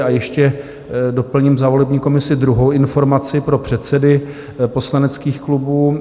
A ještě doplním za volební komisi druhou informaci pro předsedy poslaneckých klubů.